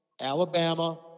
Alabama